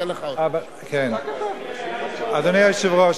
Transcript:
אדוני היושב-ראש,